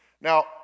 Now